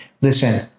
listen